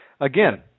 again